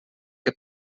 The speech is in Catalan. que